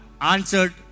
answered